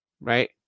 right